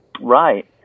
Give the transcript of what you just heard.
right